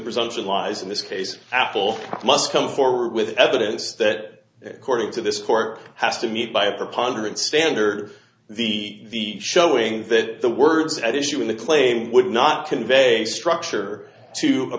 presumption lies in this case apple must come forward with evidence that according to this court has to meet by a preponderance standard the showing that the words at issue in the claim would not convey structure to a